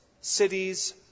cities